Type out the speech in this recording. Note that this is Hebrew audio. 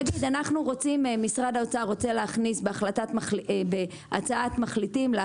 נגיד שמשרד האוצר רוצה להכניס בהצעת מחליטים את